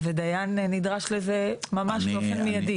ודיין נדרש לזה ממש באופן מיידי.